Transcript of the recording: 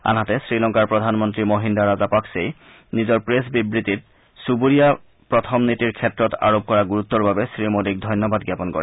আনহাতে শ্ৰীলংকাৰ প্ৰধানমন্ত্ৰী মহিন্দা ৰাজাপাকছেই নিজৰ প্ৰেছ বিবৃতিত চুবুৰীয়া প্ৰথম নীতিৰ ক্ষেত্ৰত আৰোপ কৰা গুৰুত্বৰ বাবে শ্ৰীমোডীক ধন্যবাদ জাপন কৰে